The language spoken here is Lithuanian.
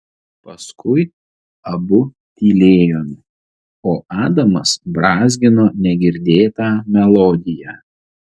paskui abu tylėjome o adamas brązgino negirdėtą melodiją